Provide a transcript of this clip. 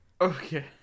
okay